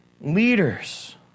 leaders